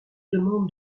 demande